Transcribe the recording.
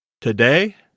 today